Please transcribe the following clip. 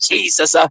Jesus